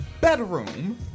bedroom